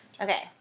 Okay